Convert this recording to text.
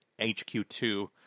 HQ2